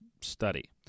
study